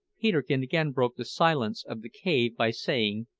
peterkin again broke the silence of the cave by saying,